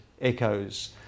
echoes